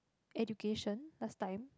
education last time